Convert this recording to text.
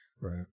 Right